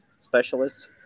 specialists